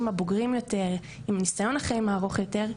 הבוגרים יותר עם ניסיון החיים הארוך יותר,